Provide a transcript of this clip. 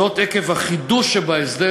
וזאת עקב החידוש שבהסדר.